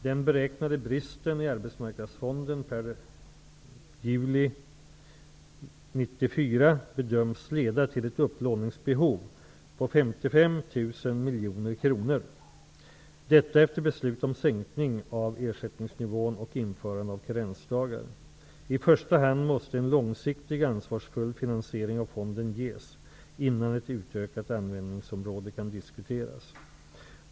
Den beräknade bristen i arbetsmarknadsfonden per juli 1994 bedöms leda till ett upplåningsbehov på 55 000 miljoner kronor, detta efter beslut om sänkning av ersättningsnivån och införande av karensdagar. I första hand måste en långsiktigt ansvarsfull finansiering av fonden ges, innan ett utökat användningsområde kan diskuteras.